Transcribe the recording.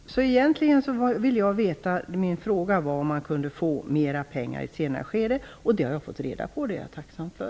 Egentligen var min fråga om man kunde få mer pengar i ett senare skede, och det har jag fått reda på. Det är jag tacksam för